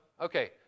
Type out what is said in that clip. okay